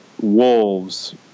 wolves